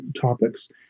topics